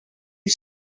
you